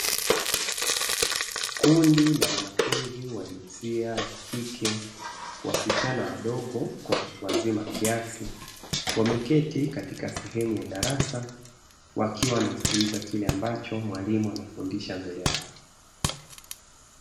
Kundi la wanafunzi wa jinsia ya kike wasichana wadogo na wakubwa kiasi, wameketi katika sehemu ya darasa wakiwa wanasikiliza kile ambacho mwalimu anafundisha mbele yao.